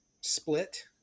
split